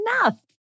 enough